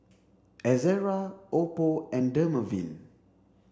Ezerra Oppo and Dermaveen